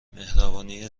مهربانی